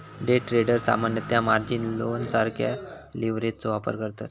day traders सामान्यतः margin लोनसारख्या लीव्हरेजचो वापर करतत